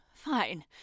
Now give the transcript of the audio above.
Fine